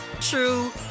true